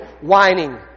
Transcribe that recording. whining